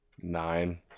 Nine